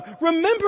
Remember